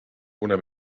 una